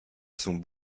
sont